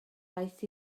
aeth